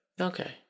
Okay